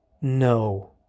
no